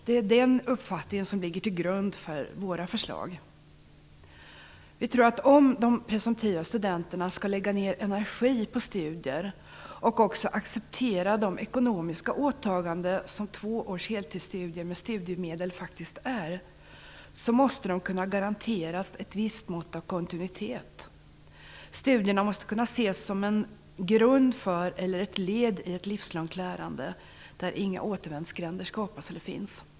Det är den uppfattningen som ligger till grund för våra förslag. Vi tror att om de presumtiva studenterna skall lägga ner energi på studier och också acceptera de ekonomiska åtaganden som två års heltidsstudier med studiemedel faktiskt innebär, måste de kunna garanteras ett visst mått av kontinuitet. Studierna måste kunna ses som ett led för ett livslångt lärande, där inga återvändsgränder finns.